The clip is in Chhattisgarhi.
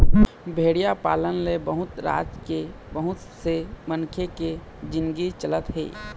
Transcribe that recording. भेड़िया पालन ले बहुत राज के बहुत से मनखे के जिनगी चलत हे